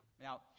Now